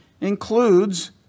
includes